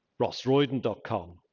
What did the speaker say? rossroyden.com